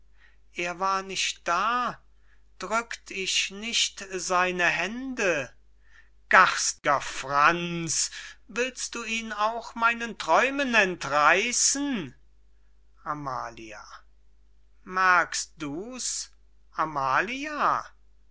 er war nicht da drückt ich nicht seine hände garstiger franz willst du ihn auch meinen träumen entreissen amalia merkst du's amalia